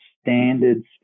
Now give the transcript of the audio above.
standards